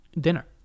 Dinner